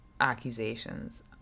accusations